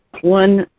one